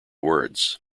words